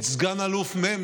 את סגן אלוף מ',